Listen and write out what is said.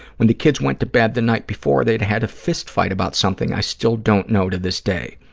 when the kids went to bed the night before, they'd had a fistfight about something i still don't know to this day.